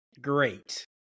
Great